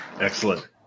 Excellent